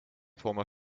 former